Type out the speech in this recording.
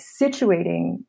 situating